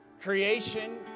creation